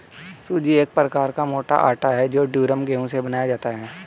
सूजी एक प्रकार का मोटा आटा है जो ड्यूरम गेहूं से बनाया जाता है